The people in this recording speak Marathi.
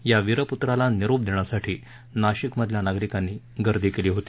या वीरप्त्राला निरोप देण्यासाठी नाशिकमधल्या नागरिकांनी गर्दी केली होती